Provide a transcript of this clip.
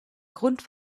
grund